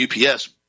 UPS